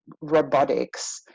robotics